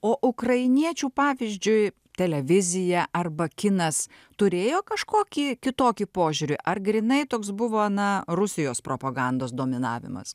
o ukrainiečių pavyzdžiui televizija arba kinas turėjo kažkokį kitokį požiūrį ar grynai toks buvo na rusijos propagandos dominavimas